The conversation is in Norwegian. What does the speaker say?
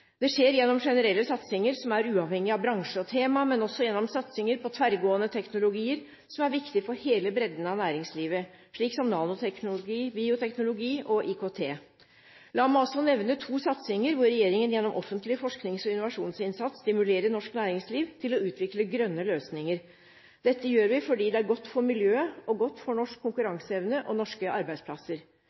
Det skjer gjennom generelle satsinger som er uavhengige av bransje og tema, men også gjennom satsinger på tverrgående teknologier, som er viktig for hele bredden av næringslivet, slik som nanoteknologi, bioteknologi og IKT. La meg også nevne to satsinger hvor regjeringen gjennom offentlig forsknings- og innovasjonsinnsats stimulerer norsk næringsliv til å utvikle grønne løsninger. Dette gjør vi fordi det er godt for miljøet og godt for norsk konkurranseevne og norske arbeidsplasser.